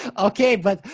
okay but,